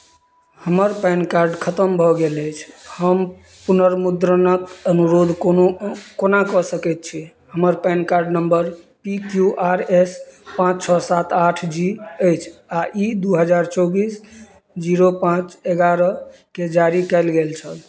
हमर PAN card खतम भऽ गेल अछि हम पुनर्मुद्रणक अनुरोध कोनो कोना कऽ सकैत छी हमर PAN card number P Q R S पाँच छओ सात आठ जी अछि आ ई दू हजार चौबीस जीरो पाँच एगारहकेँ जारी कयल गेल छल